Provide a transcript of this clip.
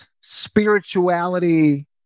spirituality